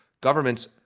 government's